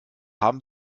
haben